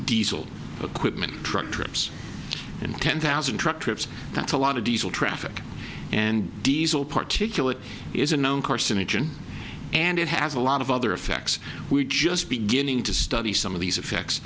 diesel equipment truck trips and ten thousand truck trips that's a lot of diesel traffic and diesel particulates is a known carcinogen and it has a lot of other effects we're just beginning to study some of these effects